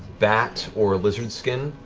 bat or lizard skin.